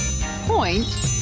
point